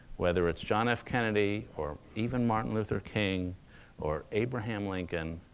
whether it's john f. kennedy or even martin luther king or abraham lincoln.